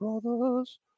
Brothers